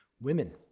Women